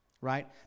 right